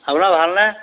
আপোনাৰ ভালনে